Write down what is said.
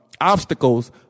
obstacles